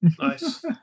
Nice